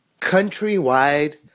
countrywide